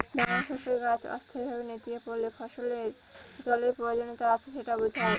দানাশস্যের গাছ অস্থায়ীভাবে নেতিয়ে পড়লে ফসলের জলের প্রয়োজনীয়তা আছে সেটা বোঝায়